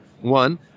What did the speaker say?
one